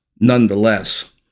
nonetheless